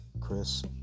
Chris